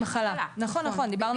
ימי מחלה, נכון, דיברנו על זה.